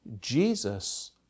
Jesus